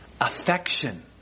affection